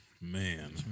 Man